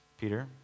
Peter